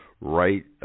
right